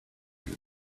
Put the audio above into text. you